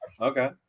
Okay